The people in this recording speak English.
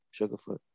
sugarfoot